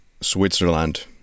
Switzerland